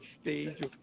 stage